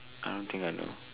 I don't think I know